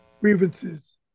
grievances